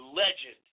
legend